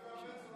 יואב בן צור,